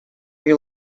you